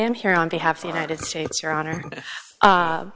am here on behalf of the united states your honor